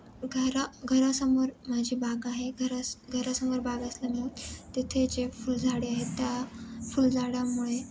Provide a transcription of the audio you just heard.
घरा घरासमोर माझी बाग आहे घरास घरासमोर बाग असल्यामुळे तिथे जे फुलझाडे आहेत त्या फुलझाडामुळे